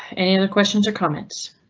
and and questions or comments?